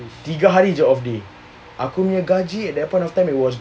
tiga hari jer off day aku nya gaji at that point of time was